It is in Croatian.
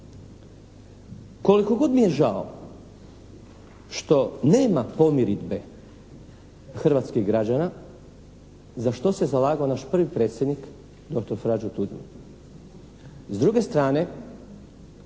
Koliko god mi je žao što nema pomirbe hrvatskih građana za što se zalagao naš prvi predsjednik doktor Franjo